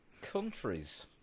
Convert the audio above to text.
countries